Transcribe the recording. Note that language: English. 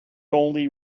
only